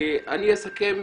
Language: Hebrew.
אני אסכם.